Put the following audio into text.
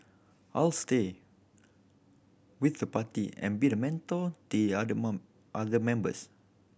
I'll stay with the party and be a mentor the other month other members